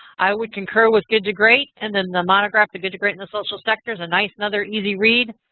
i would concur with good to great. and and the monograph good to great in the social sector is a nice and other easy read.